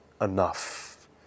enough